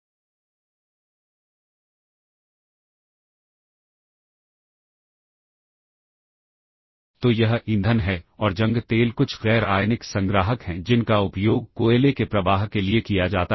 तो इस डेटा को प्रोग्राम को कॉल करके रजिस्टरों में से एक में संग्रहीत किया जाता है और सबरूटीन रजिस्टर से वैल्यू का उपयोग करता है